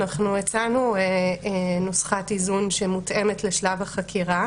הצענו נוסחת איזון שמותאמת לשלב החקירה.